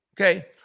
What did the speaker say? Okay